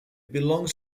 belongs